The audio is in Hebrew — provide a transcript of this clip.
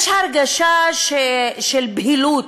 יש הרגשה של בהילות,